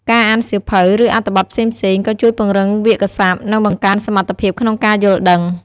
ការអានសៀវភៅ ឬអត្ថបទផ្សេងៗ ក៏ជួយពង្រីកវាក្យសព្ទ និងបង្កើនសមត្ថភាពក្នុងការយល់ដឹង។